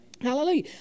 Hallelujah